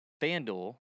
FanDuel